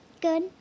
Good